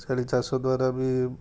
ଛେଳି ଚାଷ ଦ୍ୱାରା ବି